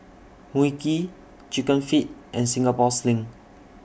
Mui Kee Chicken Feet and Singapore Sling